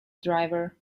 driver